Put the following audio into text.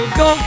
go